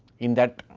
in that